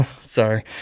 sorry